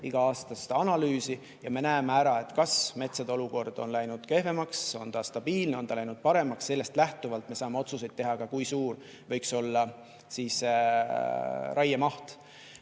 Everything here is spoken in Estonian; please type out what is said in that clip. iga-aastast analüüsi. Ja me näeme ära, kas metsade olukord on läinud kehvemaks, on see stabiilne või on ta läinud paremaks, ja sellest lähtuvalt me saame otsustada, kui suur võiks olla raiemaht.